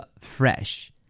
fresh